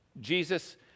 Jesus